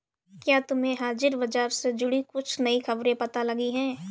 क्या तुम्हें हाजिर बाजार से जुड़ी कुछ नई खबरें पता लगी हैं?